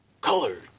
colored